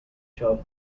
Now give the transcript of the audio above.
shelf